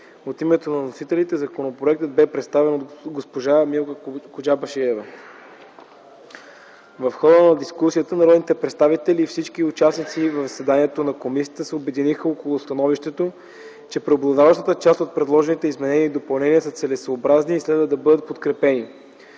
От името на вносителите законопроектът бе представен от госпожа Милка Коджабашиева. В хода на дискусията народните представители и всички участници в заседанието на комисията се обединиха около становището, че преобладаващата част от предложените изменения и допълнения са целесъобразни и следва да бъдат подкрепени.